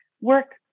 work